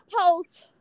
post